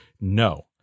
No